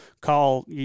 call